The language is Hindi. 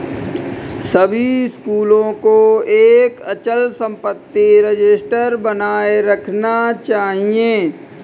सभी स्कूलों को एक अचल संपत्ति रजिस्टर बनाए रखना चाहिए